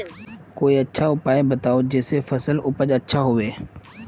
कोई अच्छा उपाय बताऊं जिससे फसल उपज अच्छा होबे